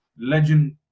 legend